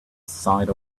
side